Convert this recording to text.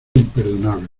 imperdonable